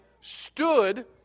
stood